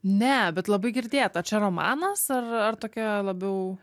ne bet labai girdėta čia romanas ar ar tokia labiau